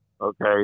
okay